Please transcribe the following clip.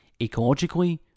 ecologically